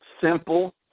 simple